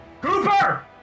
Cooper